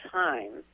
time